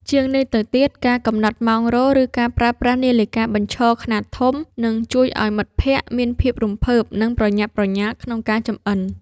ជាងនេះទៅទៀត ការកំណត់ម៉ោងរោទ៍ ឬការប្រើប្រាស់នាឡិកាបញ្ឈរខ្នាតធំ នឹងជួយឱ្យមិត្តភក្តិមានភាពរំភើប និងប្រញាប់ប្រញាល់ក្នុងការចម្អិន។